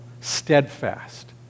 steadfast